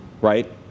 right